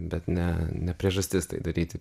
bet ne ne priežastis tai daryti